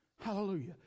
Hallelujah